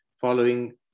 following